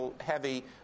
heavy